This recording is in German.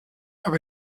habe